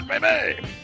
baby